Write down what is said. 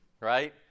Right